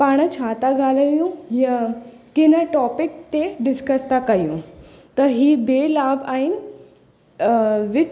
पाण छा था ॻाल्हायूं या किनि टॉपिक ते डिस्कस था कयूं त ही ॿिया लाभ आहिनि विथ